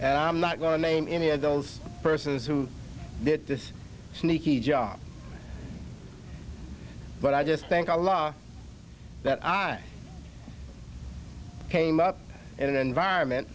and i'm not going to name any of those persons who did this sneaky job but i just think a lot that i came up in an environment